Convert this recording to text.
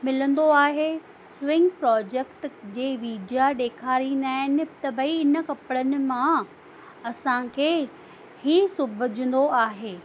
मिलंदो आहे swing project जे वीडिया ॾेखारिंदा आहिनि त भाई इन कपिड़न मां असांखे हीउ सिबजंदो आहे